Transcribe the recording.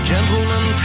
Gentlemen